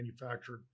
manufactured